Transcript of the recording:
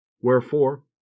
wherefore